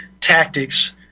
tactics